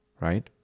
right